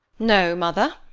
no, mother,